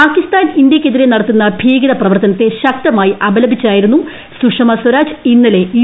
പാകിസ്ഥാൻ ഇന്ത്യയ്ക്കെതിരെ നടത്തുന്ന ഭീകര പ്രവർത്തനത്തെ ശക്തമായി അപലപിച്ചായിരുന്നു സുഷമ സ്വരാജ് ഇന്നലെ യു